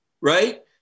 right